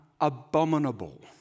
abominable